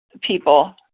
people